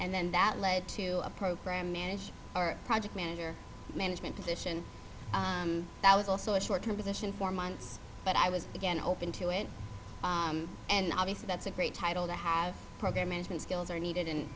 and then that led to a program manage our project manager management position that was also a short term position for months but i was again open to it and obviously that's a great title to have program management skills are needed in